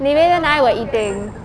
niveda and I were eating